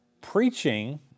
preaching